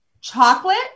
Chocolate